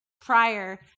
prior